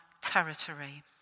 territory